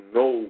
no